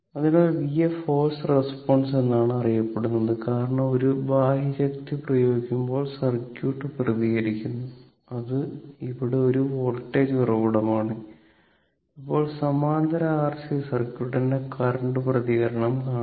അതിനാൽ Vf forced response എന്നാണ് അറിയപ്പെടുന്നത് കാരണം ഒരു ബാഹ്യശക്തി പ്രയോഗിക്കുമ്പോൾ സർക്യൂട്ട് പ്രതികരിക്കുന്നു അത് ഇവിടെ ഒരു വോൾട്ടേജ് ഉറവിടമാണ് ഇപ്പോൾ സമാന്തര ആർസി സർക്യൂട്ടിന്റെ കറന്റ്ന്റെ പ്രതികരണം കാണാം